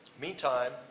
Meantime